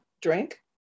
drink